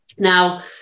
Now